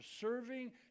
serving